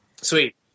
Sweet